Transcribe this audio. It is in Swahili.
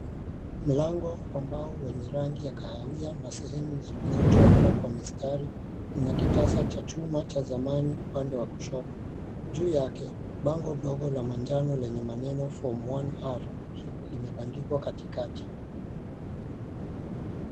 Mlango wa mbao wenye rangi ya kahawia na sehemu zilizochongwa kwa mistari na kitasa cha chuma cha zamani upande wa kushoto. Juu yake bango ndogo la manjano lenye maneno form one r limebandikwa katikati.